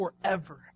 forever